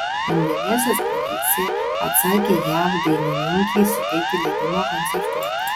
indonezijos policija atsakė jav dainininkei suteikti leidimą koncertuoti